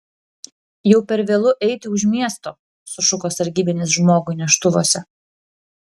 jau per vėlu eiti už miesto sušuko sargybinis žmogui neštuvuose